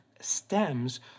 stems